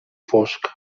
fosc